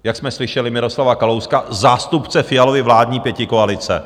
Jak jsme slyšeli Miroslava Kalouska, zástupce Fialovy vládní pětikoalice.